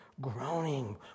groaning